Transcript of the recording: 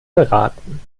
beraten